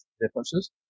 differences